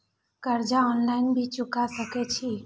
कर्जा ऑनलाइन भी चुका सके छी?